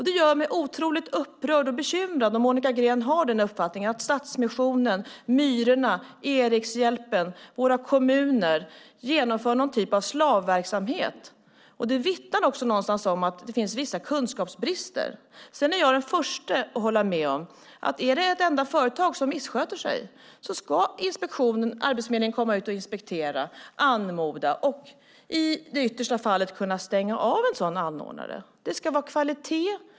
Det gör mig otroligt upprörd och bekymrad om Monica Green har uppfattningen att Stadsmissionen, Myrorna, Erikshjälpen och våra kommuner genomför någon typ av slavverksamhet. Det vittnar också någonstans om att det finns vissa kunskapsbrister. Jag är den första att hålla med om att om det är ett enda företag som missköter sig ska Arbetsförmedlingen komma ut och inspektera, anmoda och, i det yttersta fallet, kunna stänga av en sådan anordnare. Det ska vara kvalitet.